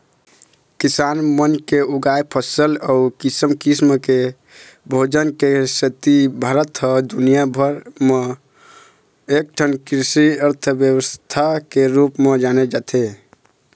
किसान मन के उगाए फसल अउ किसम किसम के भोजन के सेती भारत ह दुनिया भर म एकठन कृषि अर्थबेवस्था के रूप म जाने जाथे